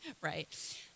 right